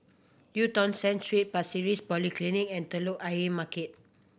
Eu Tong Sen Street Pasir Ris Polyclinic and Telok Ayer Market